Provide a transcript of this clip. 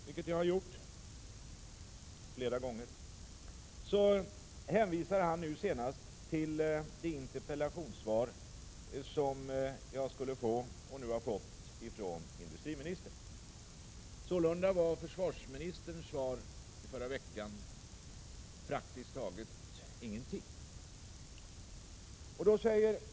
När jag senast frågade honom hänvisade han till det interpellationssvar som jag skulle få, och nu har fått, ifrån industriministern. Försvarsministerns svar i förra veckan innehöll således praktiskt taget ingenting.